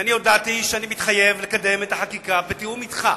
ואני הודעתי שאני מתחייב לקדם את החקיקה בתיאום אתך.